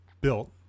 built